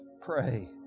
pray